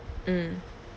mm